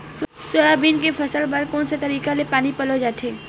Soybean के फसल बर कोन से तरीका ले पानी पलोय जाथे?